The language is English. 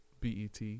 BET